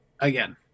again